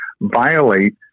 violate